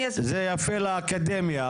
זה יפה לאקדמיה,